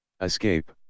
Escape